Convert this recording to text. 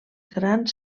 grans